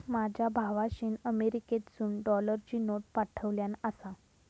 माझ्या भावाशीन अमेरिकेतसून डॉलरची नोट पाठवल्यान आसा